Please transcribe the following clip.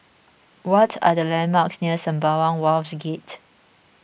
what are the landmarks near Sembawang Wharves Gate